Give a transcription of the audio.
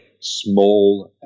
small